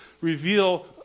reveal